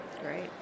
Great